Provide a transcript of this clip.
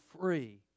free